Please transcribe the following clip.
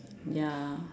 ya